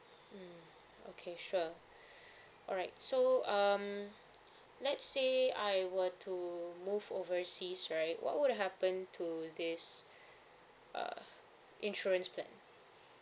mmhmm okay sure alright so um let's say I were to move overseas right what would happen to this uh insurance plan